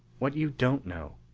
what you don't know,